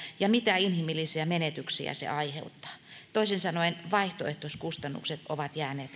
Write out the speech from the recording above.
ja mitä inhimillisiä menetyksiä se aiheuttaa toisin sanoen vaihtoehtoiskustannukset ovat jääneet